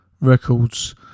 Records